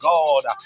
God